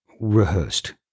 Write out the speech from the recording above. rehearsed